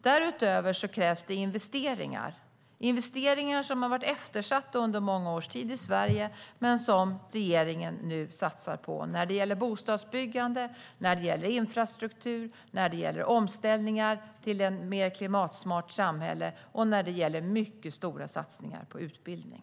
Därutöver krävs investeringar, något som har varit eftersatt under många års tid i Sverige. Men nu satsar regeringen på bostadsbyggande, infrastruktur och omställning till ett mer klimatsmart samhälle och gör även mycket stora satsningar på utbildning.